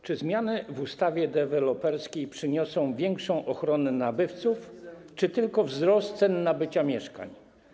Czy zmiany w ustawie deweloperskiej przyniosą większą ochronę nabywców, czy tylko wzrost cen nabycia mieszkań?